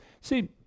See